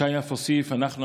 ישי אף הוסיף: אנחנו,